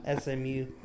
SMU